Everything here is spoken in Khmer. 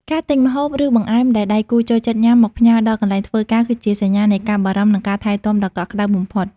ការទិញម្ហូប ឬបង្អែមដែលដៃគូចូលចិត្តញ៉ាំមកផ្ញើដល់កន្លែងធ្វើការ គឺជាសញ្ញានៃការបារម្ភ និងការថែទាំដ៏កក់ក្ដៅបំផុត។